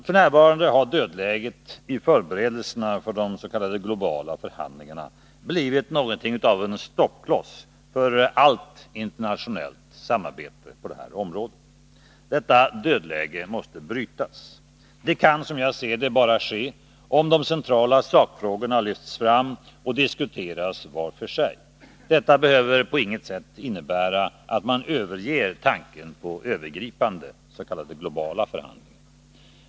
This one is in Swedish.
F. n. har dödläget i förberedelserna för de s.k. globala förhandlingarna blivit något av en stoppkloss i allt internationellt samarbete på detta område. Detta dödläge måste brytas. Det kan, som jag ser det, bara ske om de centrala sakfrågorna lyfts fram och diskuteras var för sig. Det behöver inte på något sätt innebära att man överger tanken på övergripande s.k. globala förhandlingar.